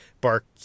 bark